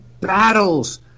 battles